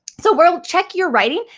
so we'll check your writing,